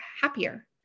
happier